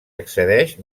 accedeix